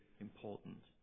important